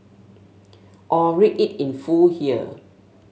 or read it in full here